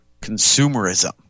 consumerism